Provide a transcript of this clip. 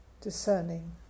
discerning